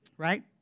right